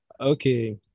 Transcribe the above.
Okay